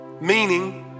Meaning